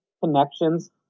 Connections